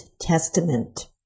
Testament